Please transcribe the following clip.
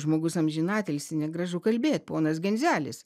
žmogus amžinatilsį negražu kalbėt ponas genzelis